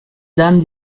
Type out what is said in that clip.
dame